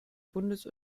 bundes